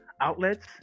outlets